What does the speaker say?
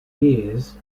years